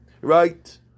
right